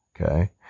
okay